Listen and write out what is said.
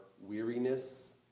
weariness